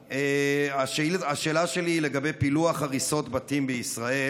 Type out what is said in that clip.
השאלה שלי היא לגבי פילוח הריסות בתים בישראל,